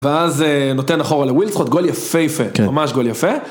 ואז נותן אחורה לווילדקוט, גול יפהפה, ממש גול יפה.